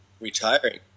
retiring